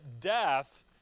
death